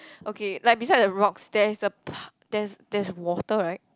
okay like beside the rocks there is a pa~ there's there's water right